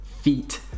feet